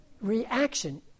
reaction